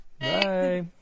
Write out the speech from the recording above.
Bye